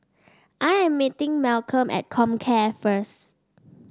I am meeting Malcom at Comcare first